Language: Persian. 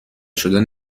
شدن